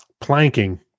Planking